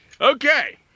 Okay